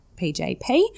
PJP